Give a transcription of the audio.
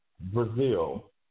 Brazil